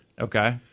Okay